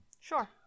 sure